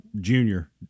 Junior